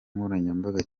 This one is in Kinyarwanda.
nkoranyambaga